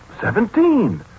seventeen